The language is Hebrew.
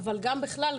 אבל גם בכלל,